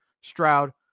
Stroud